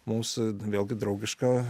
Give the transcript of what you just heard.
mums vėlgi draugiška